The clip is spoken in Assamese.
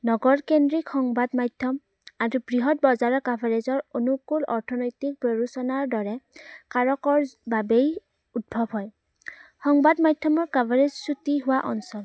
নগৰকেন্দ্ৰিক সংবাদ মাধ্যম আৰু বৃহৎ বজাৰৰ কাভাৰেজৰ অনুকূল অৰ্থনৈতিক প্ৰৰোচনাৰ দৰে কাৰকৰ বাবেই উদ্ভৱ হয় সংবাদ মাধ্যমৰ কাভাৰেজ ছুটি হোৱা অঞ্চল